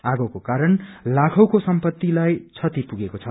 आगोको कारण लाखौंको सम्पत्तिलाई क्षति पुगेको छ